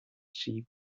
sleep